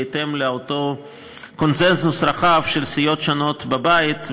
בהתאם לאותו קונסנזוס רחב של סיעות שונות בבית,